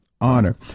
honor